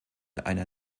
einer